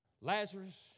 Lazarus